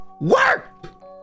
work